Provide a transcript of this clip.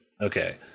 Okay